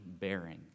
bearing